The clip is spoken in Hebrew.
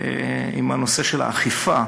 עם הנושא של האכיפה,